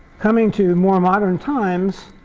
coming to more modern times,